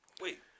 Wait